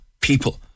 people